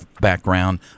background